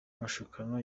mashukano